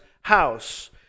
house